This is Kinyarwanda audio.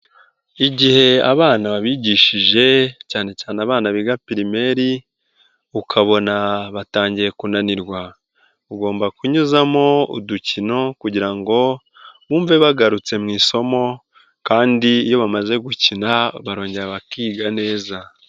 Igihe abana wabigishije cyane cyane abana biga pirimeri ukabona batangiye kunanirwa ugomba kunyuzamo udukino kugira ngo bumve bagarutse mu isomo kandi iyo bamaze gukina barongera bakiga neza.